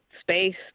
space